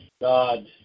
God